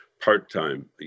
part-time